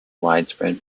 widespread